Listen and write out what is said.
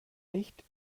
nicht